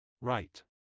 right